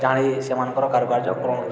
ଜାଣି ସେମାନଙ୍କର କାରୁକାର୍ଯ୍ୟ କ'ଣ